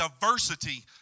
diversity